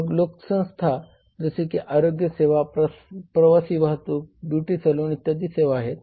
मग लोकसंस्था जसे आरोग्यसेवा प्रवासी वाहतूक ब्युटी सलून इत्यादी सेवा आहेत